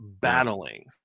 battling